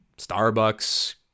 Starbucks